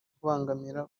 kubangamira